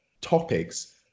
topics